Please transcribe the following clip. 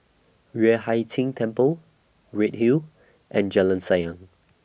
Yueh Hai Ching Temple Redhill and Jalan Sayang